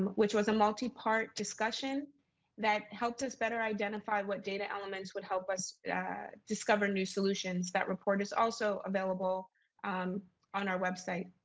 which was a multi-part discussion that helped us better identify what data elements would help us discover new solutions that report is also available on our website.